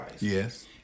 Yes